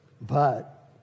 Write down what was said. but